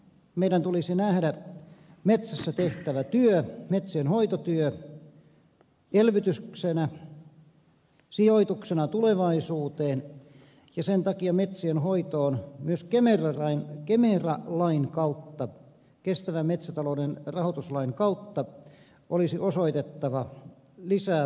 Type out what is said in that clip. meidän tulisi nähdä metsässä tehtävä työ metsien hoitotyö elvytyksenä sijoituksena tulevaisuuteen ja sen takia metsien hoitoon myös kemera lain kestävän metsätalouden rahoituslain kautta olisi osoitettava lisää voimavaroja